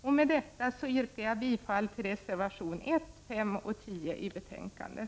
Med detta yrkar jag bifall till reservationerna 1, 5 och 10 till betänkandet.